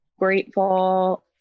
grateful